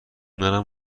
منم